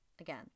Again